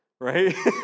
right